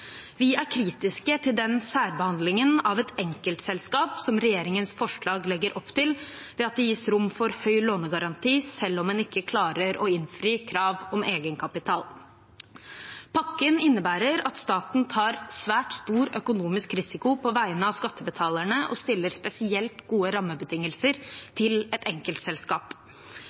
Vi er kritisk til den særbehandlingen av et enkeltselskap som regjeringens forslag legger opp til, ved at det gis rom for høy lånegaranti, selv om en ikke klarer å innfri krav om egenkapital. Pakken innebærer at staten tar svært stor økonomisk risiko på vegne av skattebetalerne og stiller med spesielt gode rammebetingelser for et enkeltselskap.